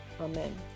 Amen